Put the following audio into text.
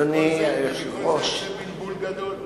מכל זה יוצא בלבול גדול.